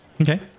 okay